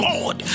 God